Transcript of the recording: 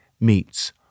meets